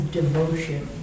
devotion